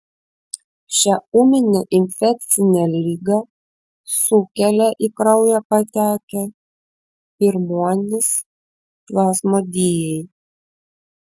šią ūminę infekcinę ligą sukelia į kraują patekę pirmuonys plazmodijai